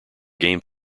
game